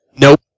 Nope